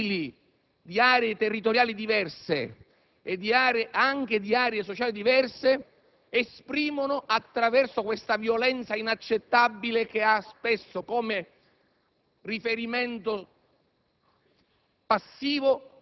frange giovanili di aree territoriali e sociali diverse esprimono attraverso questa violenza inaccettabile che spesso come riferimento